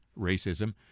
racism